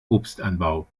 obstanbau